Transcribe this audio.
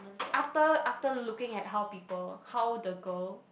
after after looking at how people how the girl